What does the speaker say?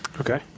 Okay